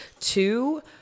Two